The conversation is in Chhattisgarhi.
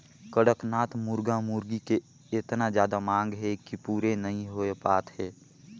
कड़कनाथ मुरगा मुरगी के एतना जादा मांग हे कि पूरे नइ हो पात हे